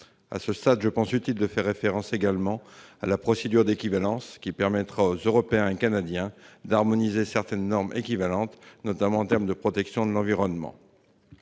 À ce stade, je pense utile de faire référence à la procédure d'équivalence, qui permettra aux Européens et aux Canadiens d'harmoniser certaines normes équivalentes, notamment en termes de protection de l'environnement.